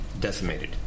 decimated